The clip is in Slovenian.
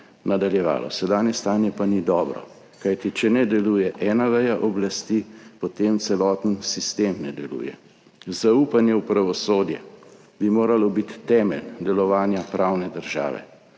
nadaljevalo. Sedanje stanje pa ni dobro. Kajti če ne deluje ena veja oblasti, potem celoten sistem ne deluje. Zaupanje v pravosodje bi moralo biti temelj delovanja pravne države.